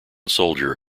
soldier